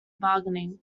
bargaining